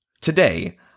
today